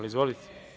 Izvolite.